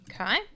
Okay